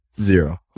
Zero